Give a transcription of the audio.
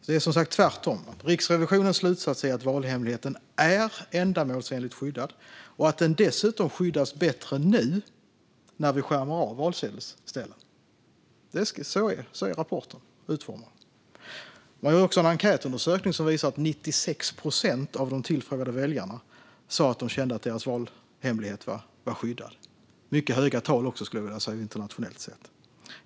Det är som sagt tvärtom. Riksrevisionens slutsats är att valhemligheten är ändamålsenligt skyddad och att den dessutom skyddas bättre nu när vi skärmar av valsedelsstället. Så är rapporten utformad. Man har också gjort en enkätundersökning där 96 procent av de tillfrågade väljarna sa att de kände att deras valhemlighet var skyddad. Det är ett mycket högt tal internationellt sett, skulle jag vilja säga.